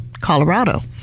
Colorado